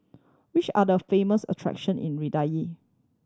which are the famous attraction in